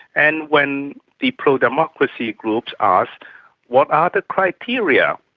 and when the pro-democracy groups ask what are the criteria,